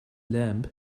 lamp